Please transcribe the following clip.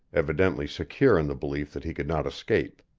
evidently secure in the belief that he could not escape.